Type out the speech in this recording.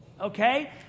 okay